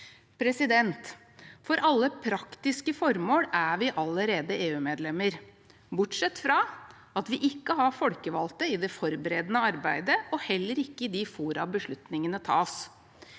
bedre. For alle praktiske formål er vi allerede EU-medlemmer, bortsett fra at vi ikke har folkevalgte i det forberedende arbeidet, og heller ikke i de fora beslutningene tas.